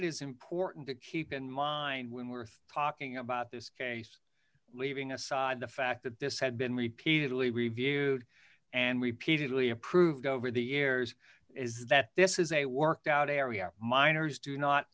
it is important to keep in mind when we're talking about this case leaving aside the fact that this had been repeatedly reviewed and repeatedly approved over the years is that this is a workout area miners do not